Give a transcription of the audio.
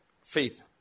faith